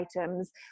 items